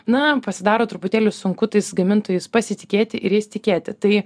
na pasidaro truputėlį sunku tais gamintojais pasitikėti ir jais tikėti tai